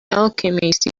alchemist